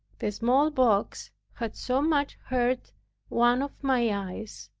the smallpox had so much hurt one of my eyes,